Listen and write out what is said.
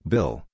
Bill